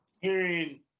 hearing